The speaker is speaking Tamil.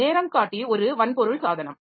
நேரங்காட்டி ஒரு வன்பொருள் சாதனம்